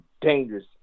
dangerous